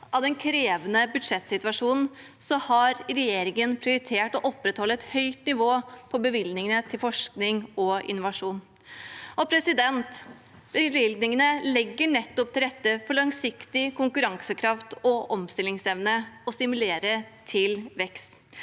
av den krevende budsjettsituasjonen har regjeringen prioritert å opprettholde et høyt nivå på bevilgningene til forskning og innovasjon. Bevilgningene legger nettopp til rette for langsiktig konkurransekraft og omstillingsevne og stimulerer til vekst.